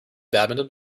badminton